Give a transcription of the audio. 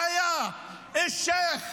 שהיה אלשיך,